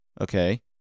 Okay